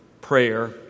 prayer